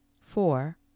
four